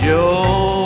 Joe